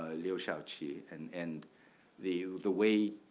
lyosha ci and and the the way,